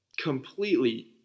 completely